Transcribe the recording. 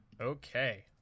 Okay